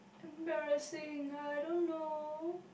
embarrassing I don't know